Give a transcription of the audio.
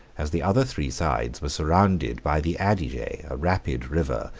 as the other three sides were surrounded by the adige, a rapid river,